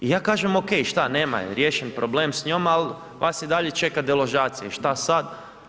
I ja kažem okej, šta, nema je, riješen problem s njom, ali vas i dalje čeka deložacija i što sad.